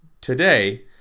today